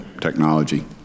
technology